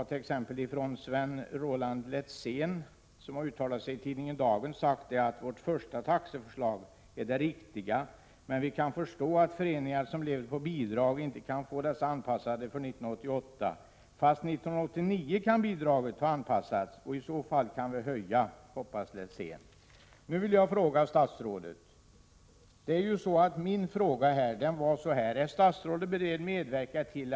T.ex. Sven-Roland Letzén har uttalat sig i tidningen Dagen på följande sätt: Vårt första taxeförslag är det riktiga, men vi kan förstå att föreningar som lever på bidrag inte kan få dessa anpassade till 1988. Fast 1989 kan bidraget bli anpassat, och i så fall kan vi höja. föreningar inte jämställs med företag och drabbas av televerkets abonne — Prot. 1987/88:70 mangshöjning?